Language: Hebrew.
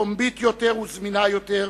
פומבית יותר וזמינה יותר,